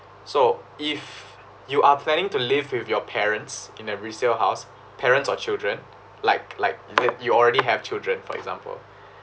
so if you are planning to live with your parents in a resale house parents or children like like th~ you already have children for example